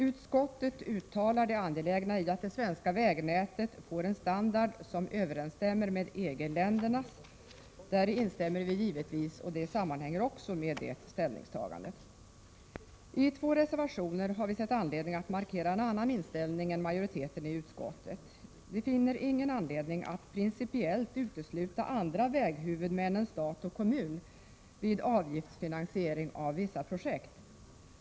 Utskottet uttalar vidare det angelägna i att det svenska vägnätet får en standard som överensstämmer med EG-ländernas. Vi instämmer givetvis i detta, och det sammanhänger med vårt tidigare ställningstagande. I två reservationer har vi sett anledning att markera en annan inställning än majoriteten i utskottet. Vi finner ingen anledning att principiellt utesluta andra väghuvudmän än stat och kommun vid avgiftsfinansiering av vissa projekt.